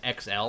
XL